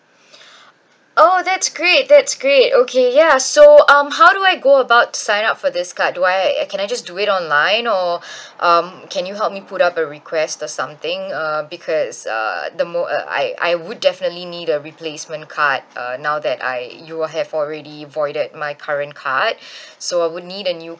oh that's great that's great okay ya so um how do I go about to sign up for this card do I can I just do it online or um can you help me put up a request or something uh because uh the more uh I I would definitely need a replacement card uh now that I you will have already voided my current card so I would need a new